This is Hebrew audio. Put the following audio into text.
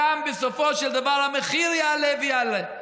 בסופו של דבר גם המחיר יעלה ויעלה.